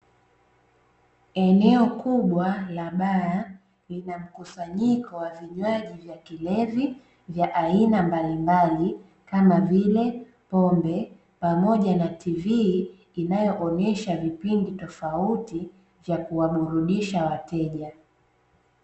Eneo kubwa la baa linamkusanyiko wa vinywaji vya kilevi vya aina mbalimbali kama vile pombe pamoja na tv inayoonyesha vipindi tofauti vya kuwaburudisha wateja.